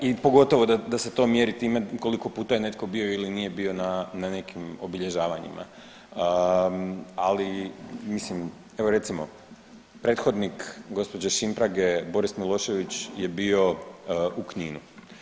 A i da, i pogotovo da se to mjeri time koliko puta je netko bio ili nije bio na nekim obilježavanjima, ali mislim evo recimo, prethodnik gospođe Šimprage, Boris Milošević je bio u Kninu.